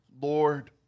Lord